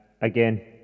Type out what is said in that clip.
again